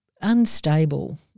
unstable